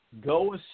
go